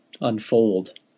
unfold